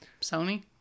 Sony